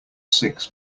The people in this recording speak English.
six